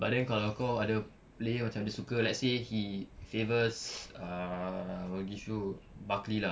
but then kalau kau ada player macam dia suka let's say he favours uh I will give you buckley lah